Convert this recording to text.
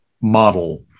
model